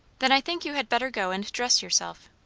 then i think you had better go and dress yourself.